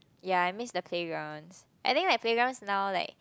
ya I missed the playgrounds I think like playgrounds now like